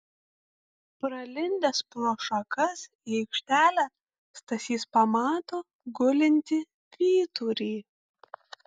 pralindęs pro šakas į aikštelę stasys pamato gulintį vyturį